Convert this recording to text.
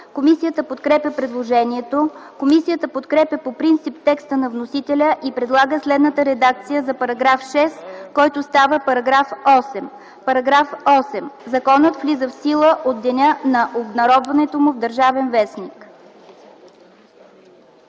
Комисията подкрепя предложението. Комисията подкрепя по принцип текста на вносителя и предлага следната редакция за § 6, който става § 8: „§ 8. Законът влиза в сила от деня на обнародването му в „Държавен вестник”.”